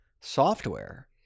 software